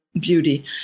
beauty